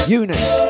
Eunice